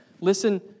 Listen